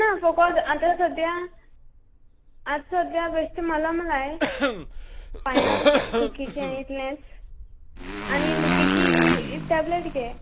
ना फोकोत आतां सद्या आतां सद्या बेश्टें मलम लाय पायांक दुखीचें इतलेंच आनी दुखीची टेबलेट घे